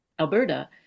Alberta